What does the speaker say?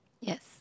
Yes